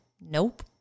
Nope